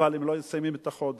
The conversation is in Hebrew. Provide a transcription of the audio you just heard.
אבל הם לא מסיימים את החודש.